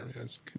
Yes